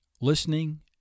listening